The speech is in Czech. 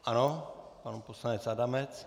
Ano, pan poslanec Adamec.